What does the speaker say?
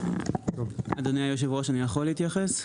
אדוני היושב-ראש, אני יכול להתייחס?